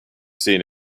seen